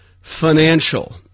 financial